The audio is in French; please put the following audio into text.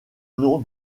nom